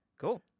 Cool